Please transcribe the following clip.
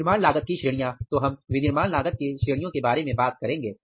विनिर्माण लागत की श्रेणियां तो हम विनिर्माण लागत की श्रेणियों के बारे में बात करेंगे